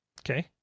okay